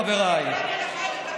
חבריי,